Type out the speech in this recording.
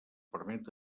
permet